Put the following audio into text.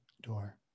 door